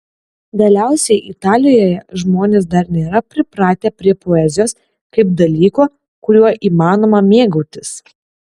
galiausiai italijoje žmonės dar nėra pripratę prie poezijos kaip dalyko kuriuo įmanoma mėgautis